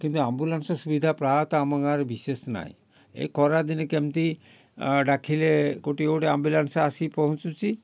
କିନ୍ତୁ ଆମ୍ବୁଲାନ୍ସ ସୁବିଧା ପ୍ରାୟତ ଆମ ଗାଁରେ ବିଶେଷ ନାହିଁ ଏ ଖରା ଦିନେ କେମିତି ଡାକିଲେ କେଉଁଠି ଗୋଟେ ଆମ୍ବୁଲାନ୍ସ ଆସିକି ପହଞ୍ଚୁଛି